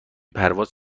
پرواز